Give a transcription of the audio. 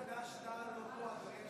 בטעות חד"ש-תע"ל לא פה, אדוני